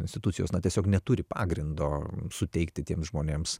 institucijos na tiesiog neturi pagrindo suteikti tiems žmonėms